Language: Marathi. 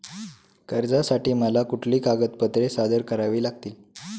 कर्जासाठी मला कुठली कागदपत्रे सादर करावी लागतील?